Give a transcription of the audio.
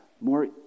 more